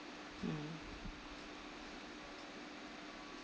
mm